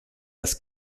das